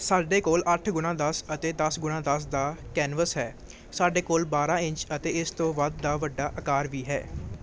ਸਾਡੇ ਕੋਲ ਅੱਠ ਗੁਣਾ ਦਸ ਅਤੇ ਦਸ ਗੁਣਾ ਦਸ ਦਾ ਕੈਨਵਸ ਹੈ ਸਾਡੇ ਕੋਲ ਬਾਰ੍ਹਾਂ ਇੰਚ ਅਤੇ ਇਸ ਤੋਂ ਵੱਧ ਦਾ ਵੱਡਾ ਆਕਾਰ ਵੀ ਹੈ